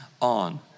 on